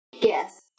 Yes